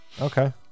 Okay